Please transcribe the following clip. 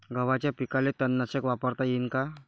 गव्हाच्या पिकाले तननाशक वापरता येईन का?